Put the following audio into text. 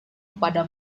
kepada